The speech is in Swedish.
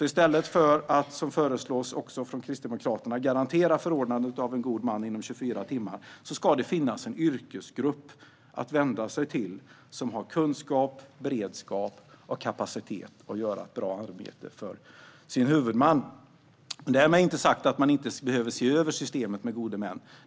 I stället för att, som föreslås också från Kristdemokraterna, garantera förordnandet av en god man inom 24 timmar ska det finnas en yrkesgrupp att vända sig till som har kunskap, beredskap och kapacitet att göra ett bra arbete för sin huvudman. Därmed inte sagt att man inte behöver se över systemet med gode män.